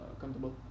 Comfortable